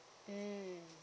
mmhmm